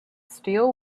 steel